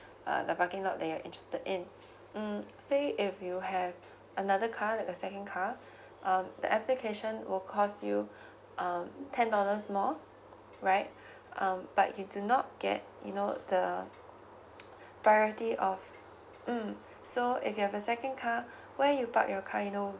uh the parking lot that you're interested in mm say if you have another car that the second car um the application will cost you um ten dollars more right um but you do not get you know the variety of mm so if you have a second car where you park your car you know